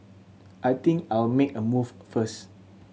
I think I'll make a move first